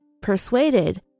persuaded